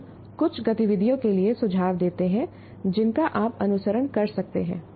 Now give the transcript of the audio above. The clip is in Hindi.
हम कुछ गतिविधियों के लिए सुझाव देते हैं जिनका आप अनुसरण कर सकते हैं